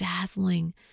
dazzling